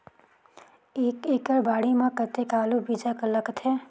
एक एकड़ बाड़ी मे कतेक आलू बीजा लगथे?